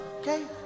Okay